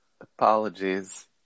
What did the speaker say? apologies